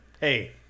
hey